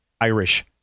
Irish